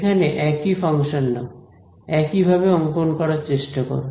এখানে একই ফাংশন নাও একইভাবে অংকন করার চেষ্টা করো